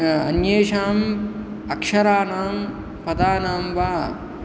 अन्येषाम् अक्षराणां पदानां वा